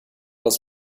das